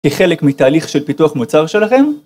כחלק מתהליך של פיתוח מוצר שלכם